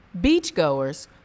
Beachgoers